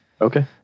Okay